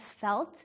felt